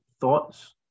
thoughts